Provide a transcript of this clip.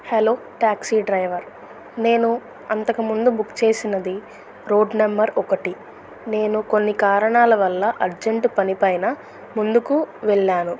hello taxi driver నేను అంతకముందు book చేసినది రోడ్ నంబర్ ఒకటి నేను కొన్ని కారణాల వల్ల అర్జెంట్ పనిపైన ముందుకు వెళ్ళాను